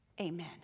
Amen